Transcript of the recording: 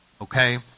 okay